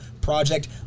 project